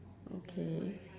okay